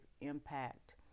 impact